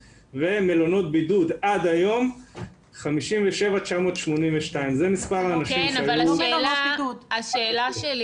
ומלונות בידוד עד היום 57,982. השאלה שלי